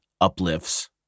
uplifts